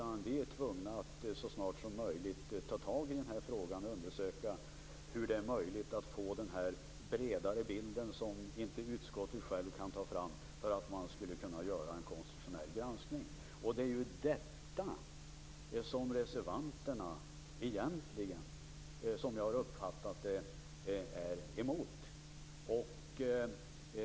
Vi är tvungna att så snart som möjligt ta tag i frågan och undersöka hur det är möjligt att få den bredare bilden som utskottet självt inte kan få fram för att kunna göra en konstitutionell granskning. Det är ju detta som jag har uppfattat att reservanterna är emot.